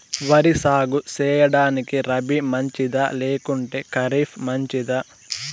వరి సాగు సేయడానికి రబి మంచిదా లేకుంటే ఖరీఫ్ మంచిదా